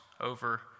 over